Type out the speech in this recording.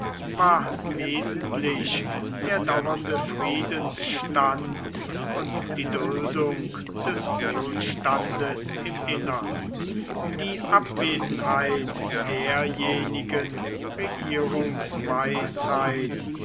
war wesentlich der dauernde friedensstand und die duldung des wohlstandes im innern die abwesenheit derjenigen